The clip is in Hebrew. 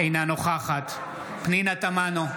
אינה נוכחת פנינה תמנו,